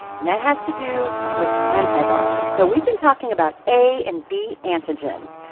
and that has to do with antibodies. so we've been talking about a and b antigens,